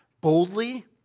boldly